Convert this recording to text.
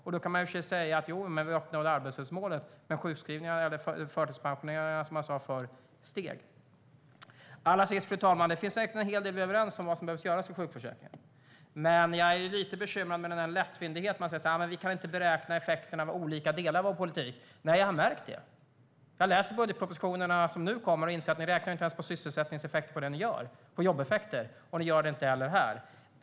Det får inte bli så att arbetslöshetsmålet nås samtidigt som sjukskrivningarna, eller förtidspensioneringarna, som man sa förr, stiger. Låt mig till sist säga att det säkert finns en hel del som vi är överens om behöver göras i sjukförsäkringen. Men jag är lite bekymrad över den lättvindighet med vilken ni säger att ni inte kan beräkna effekterna av olika delar av er politik. Nej, jag har märkt det! Jag läser de budgetpropositioner som kommer, och jag inser att ni inte ens räknar på sysselsättningseffekter, jobbeffekter, av det ni gör. Ni gör det inte heller här.